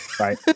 Right